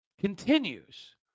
continues